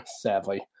sadly